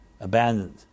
Abandoned